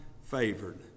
favored